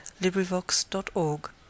LibriVox.org